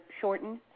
shortened